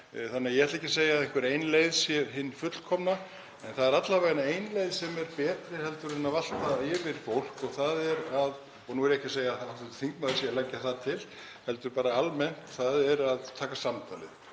Þannig að ég ætla ekki að segja að einhver ein leið sé hin fullkomna. Það er alla vega ein leið sem er betri en að valta yfir fólk — og nú er ég ekki að segja að hv. þingmaður sé að leggja það til heldur bara almennt — en það er að taka samtalið.